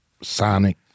sonic